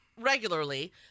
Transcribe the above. regularly